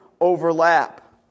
overlap